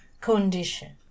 condition